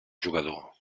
jugador